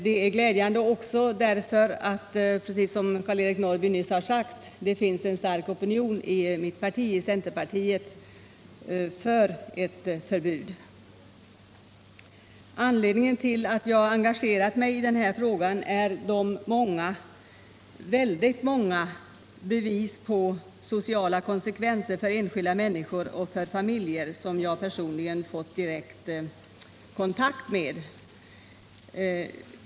Det är också glädjande — precis som Karl-Eric Norrby nyss sagt — att det finns en stark opinion inom mitt parti, centerpartiet, för ett förbud. Anledningen till att jag engagerat mig i den här frågan är de väldigt många bevis på sociala konsekvenser för enskilda människor och familjer som jag personligen kommit i direkt beröring med.